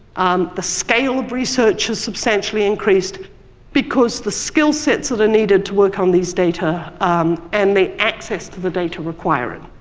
um the scale of research has substantially increased because the skillsets that are needed to work on these data and the access to the data require it.